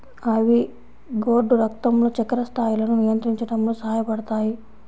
ivy gourd రక్తంలో చక్కెర స్థాయిలను నియంత్రించడంలో సహాయపడతాయి